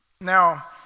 Now